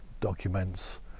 documents